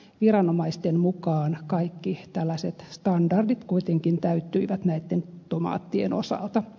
viranomaisten mukaan kaikki tällaiset standardit kuitenkin täyttyivät näitten tomaattien osalta